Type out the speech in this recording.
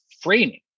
framing